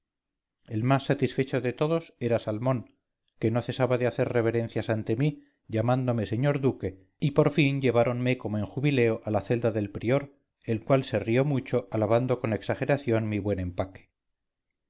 el más satisfecho de todos era salmón que no cesaba de hacer reverencias ante mí llamándome señor duque y por fin lleváronme como en jubileo a la celda del prior el cual se rió mucho alabando con exageración mi buen empaque